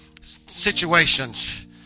situations